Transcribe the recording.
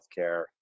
healthcare